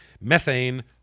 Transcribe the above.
methane